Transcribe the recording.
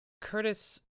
curtis